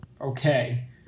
Okay